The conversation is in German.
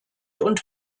und